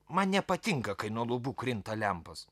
man nepatinka kai nuo lubų krinta lempos